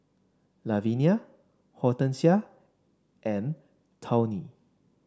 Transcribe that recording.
Lavinia Hortensia and Tawny